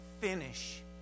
Finish